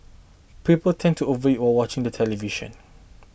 people tend to overeat while watching the television